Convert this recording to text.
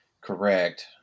correct